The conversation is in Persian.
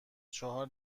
چهار